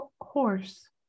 horse